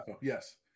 yes